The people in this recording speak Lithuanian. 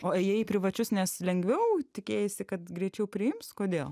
o ėjai į privačius nes lengviau tikėjaisi kad greičiau priims kodėl